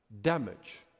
damage